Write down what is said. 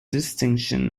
distinction